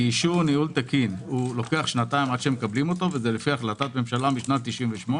כי אישור תקין לוקח שנתיים עד שמקבלים אותו וזה לפי החלטת ממשלה מ-98',